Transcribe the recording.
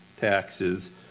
Taxes